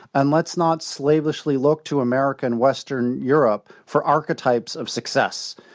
and let's not slavishly look to america and western europe for archetypes of success.